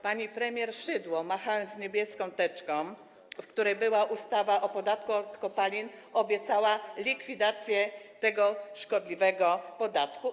Pani premier Szydło, machając niebieską teczką, w której była ustawa o podatku od kopalin, obiecała likwidację tego szkodliwego podatku.